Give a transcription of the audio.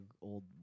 old